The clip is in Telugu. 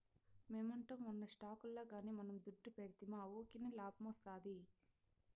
మొమెంటమ్ ఉన్న స్టాకుల్ల గానీ మనం దుడ్డు పెడ్తిమా వూకినే లాబ్మొస్తాది